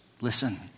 Listen